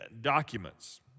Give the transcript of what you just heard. documents